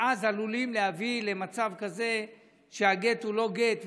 ואז עלולים להביא למצב כזה שהגט הוא לא גט,